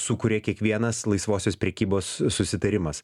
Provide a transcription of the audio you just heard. sukuria kiekvienas laisvosios prekybos susitarimas